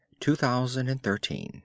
2013